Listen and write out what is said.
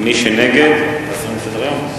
מי שנגד זה להסיר מסדר-היום.